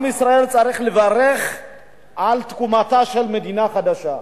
עם ישראל צריך לברך על תקומתה של מדינה חדשה.